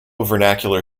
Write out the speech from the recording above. vernacular